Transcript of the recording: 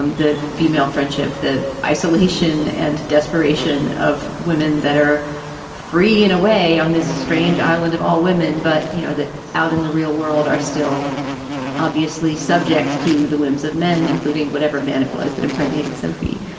um the female friendship, the isolation and desperation of women that are free in a way on this strange island of all women. but you know that out in the real world are still obviously subject to the whims of men, including whatever man it was that impregnated sophie.